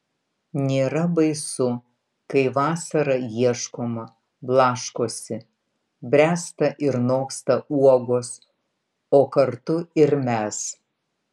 nėra baisu kai vasarą ieškoma blaškosi bręsta ir noksta uogos o kartu ir mes